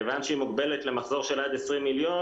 כיוון שהיא מוגבלת למחזור של עד 20 מיליון.